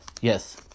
Yes